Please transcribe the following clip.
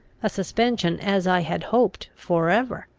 a suspension as i had hoped for ever.